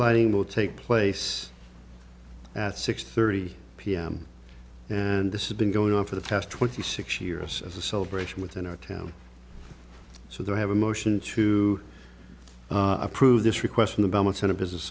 lighting will take place at six thirty p m and this has been going on for the past twenty six years as a celebration within our town so they have a motion to approve this request in the balance in a business